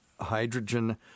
hydrogen